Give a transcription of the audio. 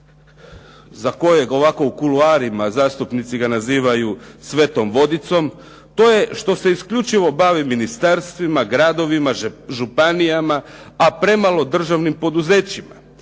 za kojeg ovako u kuloarima zastupnici ga nazivaju svetom vodicom, to je što se isključivo bavi ministarstvima, gradovima, županijama, a premalo državnim poduzećima.